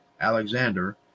Alexander